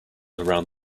around